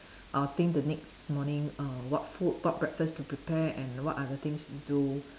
I'll think the next morning err what food what breakfast to prepare and what are the things to do